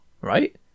right